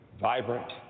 vibrant